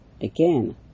Again